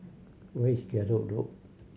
where is Gallop Road